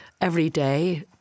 everyday